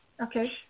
Okay